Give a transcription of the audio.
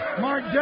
Mark